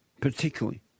particularly